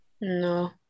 No